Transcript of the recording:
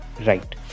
Right